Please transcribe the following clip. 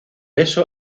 eso